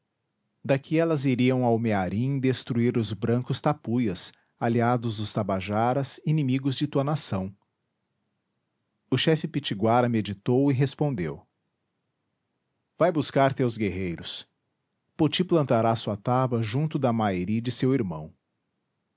daqui elas iriam ao mearim destruir os brancos tapuias aliados dos tabajaras inimigos de tua nação o chefe pitiguara meditou e respondeu vai buscar teus guerreiros poti plantará sua taba junto da mairi de seu irmão